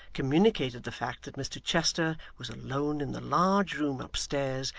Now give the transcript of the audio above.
communicated the fact that mr chester was alone in the large room upstairs,